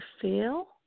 feel